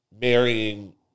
marrying